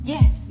Yes